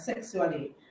sexually